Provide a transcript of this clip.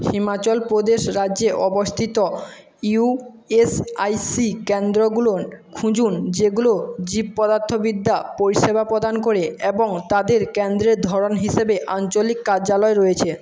হিমাচলপ্রদেশ রাজ্যে অবস্থিত ইউএসআইসি কেন্দ্রগুলোন খুঁজুন যেগুলো জীবপদার্থবিদ্যা পরিষেবা প্রদান করে এবং তাদের কেন্দ্রের ধরন হিসেবে আঞ্চলিক কার্যালয় রয়েছে